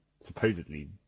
supposedly